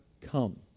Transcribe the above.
come